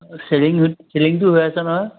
selling ছেলিংটো হৈ আছে নহয়